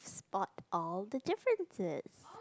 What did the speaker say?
spot all the differences